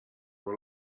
were